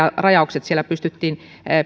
rajaukset siellä pystyttiin